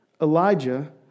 Elijah